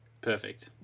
Perfect